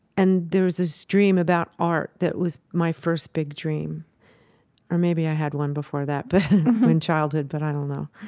and there's this dream about art that was my first big dream or maybe i had one before that, but in childhood but i don't know.